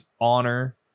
honor